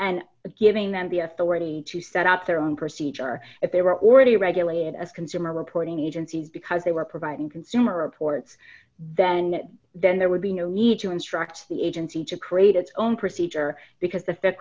and giving them the authority to set up their own procedure if they were already regulated as consumer reporting agencies because they were providing consumer reports then then there would be no need to instruct the agency to create its own procedure because